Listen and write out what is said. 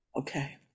Okay